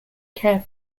care